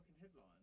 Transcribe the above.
headline